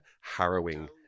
harrowing